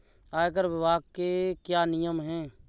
आयकर विभाग के क्या नियम हैं?